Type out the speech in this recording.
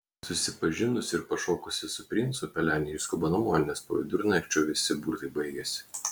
susipažinusi ir pašokusi su princu pelenė išskuba namo nes po vidurnakčio visi burtai baigiasi